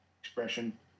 expression